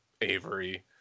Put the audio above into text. Avery